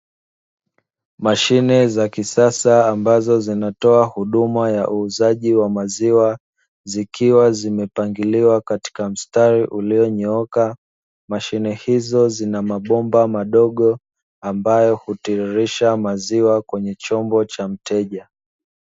Mashine za kisasa ambazo zinatoa huduma ya uuzaji wa maziwa, zikiwa zimepangiliwa katika mstari ulionyooka. Mashine hizo zina mabomba madogo ambayo hutiririsha maziwa kwenye chombo cha mteja.